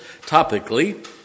topically